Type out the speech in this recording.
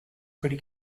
pretty